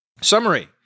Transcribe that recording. Summary